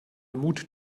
mut